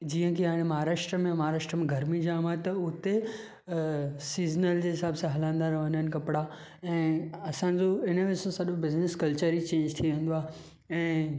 जीअं की हाणे महाराष्ट्र में महाराष्ट्र में गर्मी जाम आहे त उते सीज़नल जे हिसाब सां हलंदा रहंदा आहिनि कपिड़ा ऐं असांजो हिन में सॼो बिज़नेस कल्चर ई चेंज थी वेंदो आहे ऐं